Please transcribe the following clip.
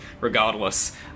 regardless